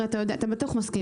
אתה בטוח מסכים איתי.